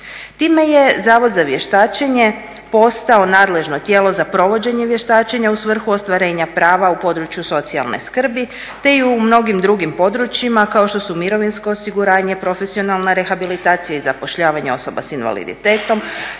Time je Zavod za vještačenje postao nadležno tijelo za provođenje vještačenja u svrhu ostvarenja prava u području socijalne skrbi te i u mnogim drugim područjima, kao što su mirovinsko osiguranje, profesionalna rehabilitacija i zapošljavanje osoba s invaliditetom,